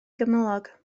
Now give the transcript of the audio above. gymylog